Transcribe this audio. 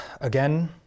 Again